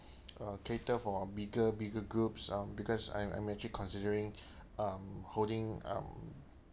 uh cater for bigger bigger groups um because I'm I'm actually considering um holding um